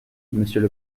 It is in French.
monsieur